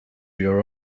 your